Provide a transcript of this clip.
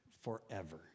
forever